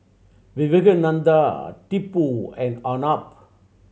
Vivekananda Tipu and Arnab